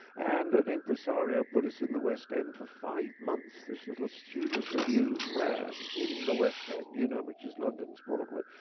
and an impresario put us in the west end for five months. this little student review ran in the west end, you know, which is london's broadway,